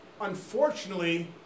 unfortunately